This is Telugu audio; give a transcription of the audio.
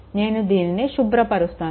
నేను దీనిని శుభ్రపరుస్తాను